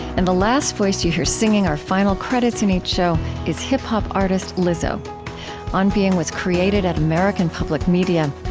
and the last voice that you hear singing our final credits in each show is hip-hop artist lizzo on being was created at american public media.